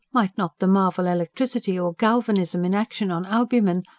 might not the marvel electricity or galvanism, in action on albumen,